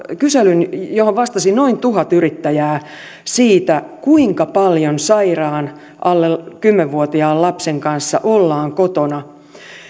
kyselyn johon vastasi noin tuhat yrittäjää siitä kuinka paljon sairaan alle kymmenen vuotiaan lapsen kanssa ollaan kotona